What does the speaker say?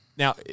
Now